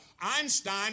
Einstein